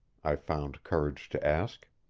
i found courage to ask.